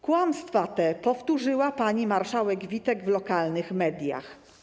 Kłamstwa te powtórzyła pani marszałek Witek w lokalnych mediach.